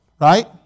right